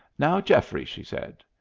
now, geoffrey, she said,